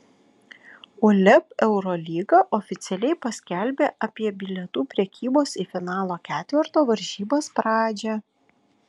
uleb eurolyga oficialiai paskelbė apie bilietų prekybos į finalo ketverto varžybas pradžią